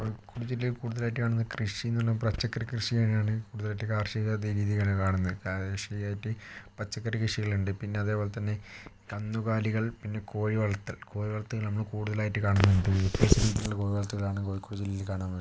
കോഴിക്കോട് ജില്ലയിൽ കൂടുതലായിട്ട് കാണുന്ന കൃഷിയെന്ന് പറഞ്ഞാൽ പച്ചക്കറിക്കൃഷി തന്നെയാണ് കൂടുതലായിട്ട് കാർഷിക കാണുന്നത് കാർഷികായിട്ട് പച്ചക്കറി കൃഷികളുണ്ട് പിന്നെ അതേപോലെതന്നെ കന്നുകലികൾ പിന്നെ കോഴി വളർത്തൽ കോഴി വളർത്തൽ നമ്മൾ കൂടുതലായിട്ട് കാണുന്നത് കോഴിവളർത്തലാണ് കോഴിക്കോട് ജില്ലയിൽ കാണുകയെന്ന് പറഞ്ഞാൽ